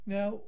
Now